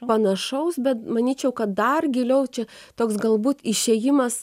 panašaus bet manyčiau kad dar giliau čia toks galbūt išėjimas